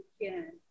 again